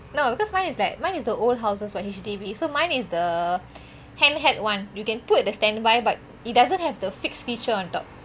no because mine is like mine is the old houses what H_D_B so mine is the hand held one you can put at the standby but it doesn't have the fix feature on top